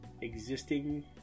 existing